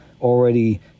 already